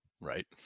right